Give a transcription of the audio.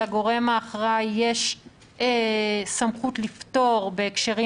לגורם האחראי יש סמכות לפטור בהקשרים